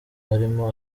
harimo